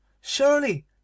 Surely